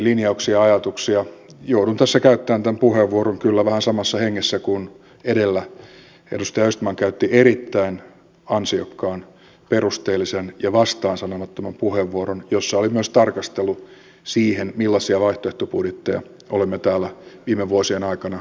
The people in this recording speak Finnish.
joudun tässä käyttämään tämän puheenvuoron kyllä vähän samassa hengessä kuin edellä edustaja östman käytti erittäin ansiokkaan perusteellisen ja vastaansanomattoman puheenvuoron jossa oli myös tarkastelu siihen millaisia vaihtoehtobudjetteja olemme täällä viime vuosien aikana nähneet